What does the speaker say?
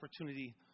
opportunity